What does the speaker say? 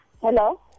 hello